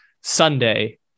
Sunday